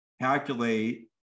calculate